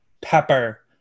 Pepper